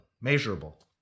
measurable